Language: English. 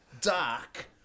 dark